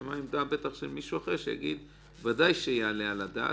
ותישמע בטח עמדה של מישהו אחר שיגיד שוודאי זה יעלה על הדעת.